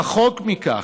רחוק מכך.